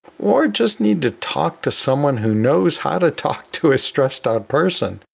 or just need to talk to someone who knows how to talk to a stressed up person.